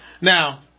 Now